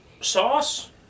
Sauce